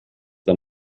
der